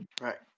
right